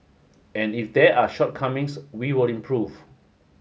and if there are shortcomings we will improve